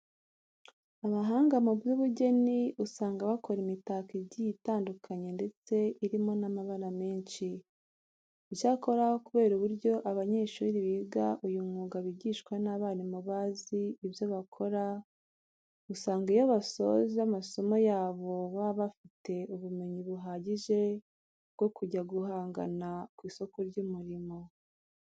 Abahanga mu by'ubugeni usanga bakora imitako igiye itandukanye ndetse irimo n'amabara menshi. Icyakora kubera uburyo abanyeshuri biga uyu mwuga bigishwa n'abarimu bazi ibyo bakora, usanga iyo basoze amasomo yabo baba bafite ubumenyi buhagije bwo kujya guhangana ku isoko ry'umurimo.